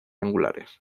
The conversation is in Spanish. angulares